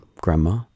grandma